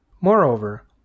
Moreover